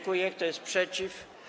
Kto jest przeciw?